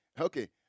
Okay